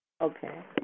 Okay